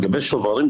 דיברתם לגבי השוברים.